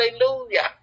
Hallelujah